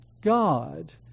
God